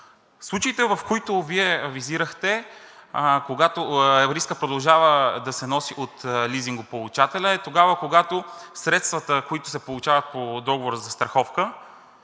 Случаите, които Вие визирахте, когато рискът продължава да се носи от лизингополучателя, е тогава, когато средствата, които се получават по договора за застраховка,